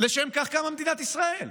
לשם כך קמה מדינת ישראל,